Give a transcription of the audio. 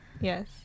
Yes